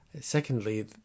Secondly